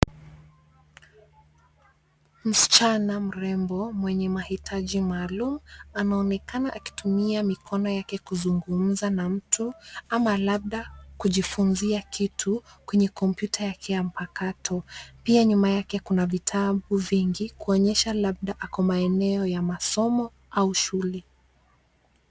Msichana mrembo mwenye maitaji maalum anaonekana akitumia mikono yake akizugumza na mtu ama labda kujifunzia kitu kwenye kompyuta yake ya mpakato. Pia nyuma yake kuna vitabu vingi kuonyesha labda ako maeneo ya masomo au shule.